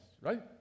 right